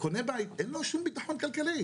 אתה קונה בית, אין לו שום ביטחון כלכלי.